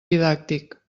didàctic